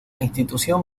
institución